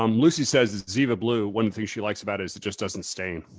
um lucy says, ziva blue, one thing she likes about it is it just doesn't stain.